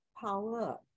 power